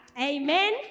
amen